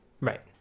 right